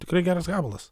tikrai geras gabalas